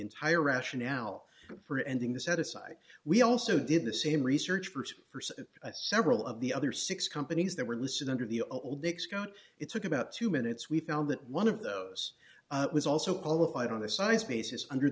entire rationale for ending the set aside we also did the same research for several of the other six companies that were listed under the old expose it took about two minutes we found that one of those was also qualified on the size basis under